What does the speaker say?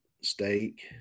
steak